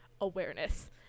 awareness